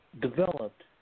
developed